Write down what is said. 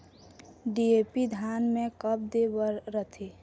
DAP धान मे कब दे बर रथे?